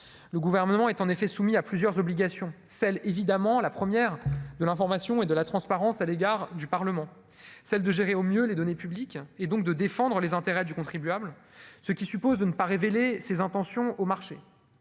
le gouvernement est en effet soumis à plusieurs obligations celle évidemment la première de l'information et de la transparence à l'égard du Parlement, celle de gérer au mieux les données publiques et donc de défendre les intérêts du contribuable, ce qui suppose de ne pas révéler ses intentions au marché